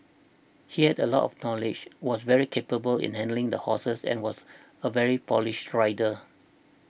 he had a lot of knowledge was very capable in handling the horses and was a very polished rider